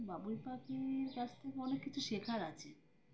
বাবুই পাখির কাছ থেকে অনেক কিছু শেখার আছে